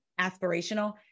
aspirational